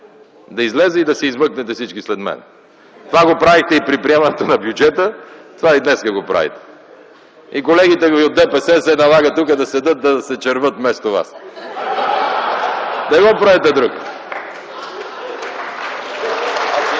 да изляза и да се измъкнете всички след мене! Това го правихте и при приемането на бюджета, това и днеска го правите, и колегите ви от ДПС се налага тука да седят, да се червят вместо вас. (Смях и